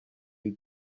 you